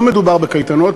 לא מדובר בקייטנות,